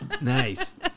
Nice